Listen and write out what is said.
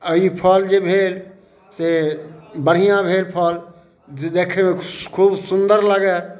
अइ फल जे भेल से बढ़िआँ भेल फल जे देखयमे खूब सुन्दर लगय